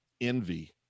envy